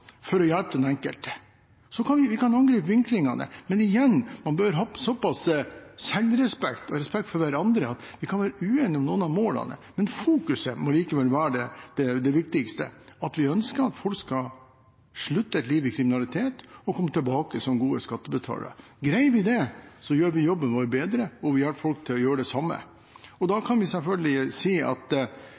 men igjen: Man bør ha såpass selvrespekt og respekt for hverandre at man kan være uenig om noen av målene, men fokuset må likevel være det viktigste, at vi ønsker at folk skal slutte med et liv i kriminalitet og komme tilbake som gode skattebetalere. Greier vi det, gjør vi jobben vår bedre, og vi hjelper folk til å gjøre det samme. Vi kan selvfølgelig si at